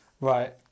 Right